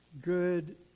good